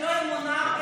ולא אמונה,